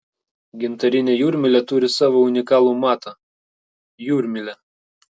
gintarinė jūrmylė turi savo unikalų matą jūrmylę